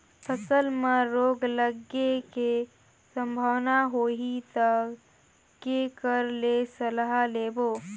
फसल मे रोग लगे के संभावना होही ता के कर ले सलाह लेबो?